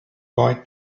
boy